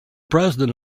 president